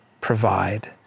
provide